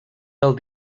del